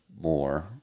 more